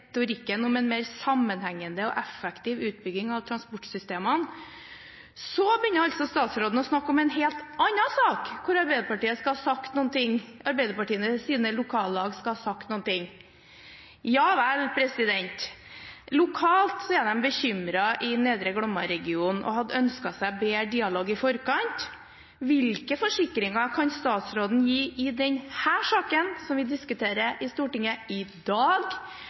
om en mer sammenhengende og effektiv utbygging av transportsystemene, begynner altså statsråden å snakke om en helt annen sak, hvor Arbeiderpartiet – Arbeiderpartiets lokallag – skal ha sagt noe. Ja vel. Lokalt er de bekymret i Nedre Glomma-regionen, og de hadde ønsket seg bedre dialog i forkant. Hvilke forsikringer kan statsråden gi i denne saken, som vi diskuterer i Stortinget i dag,